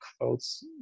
quotes